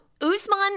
Usman